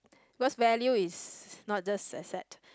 cause value is not just asset